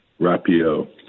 rapio